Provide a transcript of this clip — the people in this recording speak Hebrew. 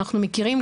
אנחנו מכירים,